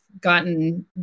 gotten